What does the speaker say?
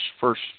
first